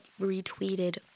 retweeted